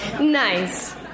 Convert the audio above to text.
Nice